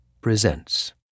presents